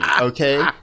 okay